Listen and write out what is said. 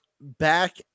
back